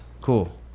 Cool